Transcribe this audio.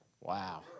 Wow